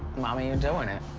mommy you're doing it.